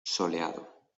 soleado